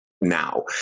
now